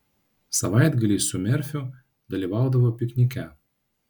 savaitgaliais su merfiu dalyvaudavo piknike